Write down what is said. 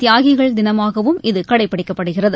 தியாகிகள் தினமாகவும் இது கடைபிடிக்கப்படுகிறது